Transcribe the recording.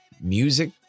Music